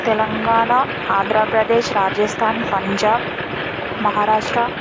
Telangana Andhra Pradesh Rajasthan Punjab Maharashtra